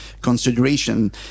consideration